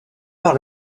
par